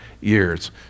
years